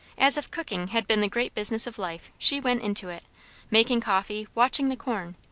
as if cooking had been the great business of life, she went into it making coffee, watching the corn,